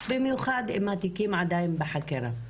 במיוחד אם התיקים עדיין בחקירה,